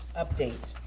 update,